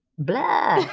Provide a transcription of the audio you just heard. bleh.